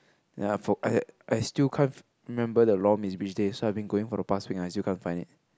ya for I I still can't fo~ remember the lor-mee's is which day so I've been going for the past week and I still can't find it